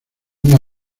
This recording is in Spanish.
una